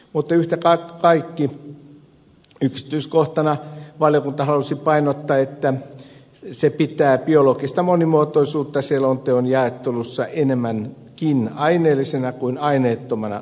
mutta yhtä kaikki yksityiskohtana valiokunta halusi painottaa että se pitää biologista monimuotoisuutta selonteon jaottelussa enemmänkin aineellisena kuin aineettomana ekosysteemipalveluna